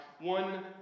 one